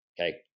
Okay